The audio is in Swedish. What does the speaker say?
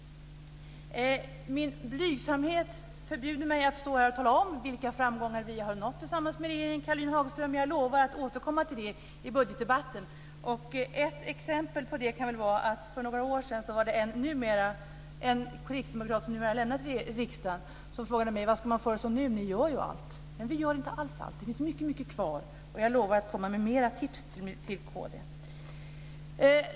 Min blygsamhet förbjuder mig att tala om vilka framgångar som vi har nått tillsammans med regeringen, Caroline Hagström, men jag lovar att återkomma till det i budgetdebatten. Ett exempel är att en kristdemokrat som numera har lämnat riksdagen frågade mig: Vad ska man föreslå nu, ni gör ju allt? Men vi gör inte alls allt. Det finns mycket kvar, och jag lovar att komma med flera tips till kristdemokraterna.